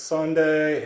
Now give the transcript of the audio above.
Sunday